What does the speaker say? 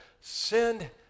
Send